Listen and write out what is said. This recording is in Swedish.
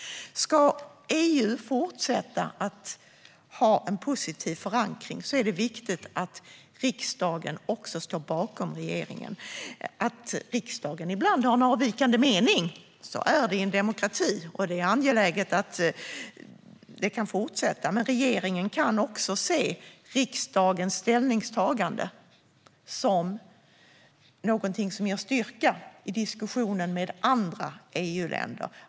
Om EU ska fortsätta att ha en positiv förankring är det viktigt att riksdagen också står bakom regeringen. Att riksdagen ibland har en avvikande mening - så är det i en demokrati. Och det är angeläget att det kan fortsätta. Men regeringen kan också se riksdagens ställningstagande som något som ger styrka i diskussionen med andra EU-länder.